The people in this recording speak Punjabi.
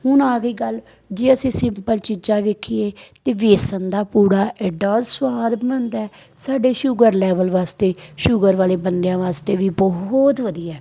ਹੁਣ ਆ ਗਈ ਗੱਲ ਜੇ ਅਸੀਂ ਸਿੰਪਲ ਚੀਜ਼ਾਂ ਦੇਖੀਏ ਤਾਂ ਵੇਸਣ ਦਾ ਪੂੜਾ ਐਡਾ ਸਵਾਦ ਬਣਦਾ ਸਾਡੇ ਸ਼ੂਗਰ ਲੈਵਲ ਵਾਸਤੇ ਸ਼ੂਗਰ ਵਾਲੇ ਬੰਦਿਆਂ ਵਾਸਤੇ ਵੀ ਬਹੁਤ ਵਧੀਆ